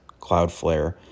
Cloudflare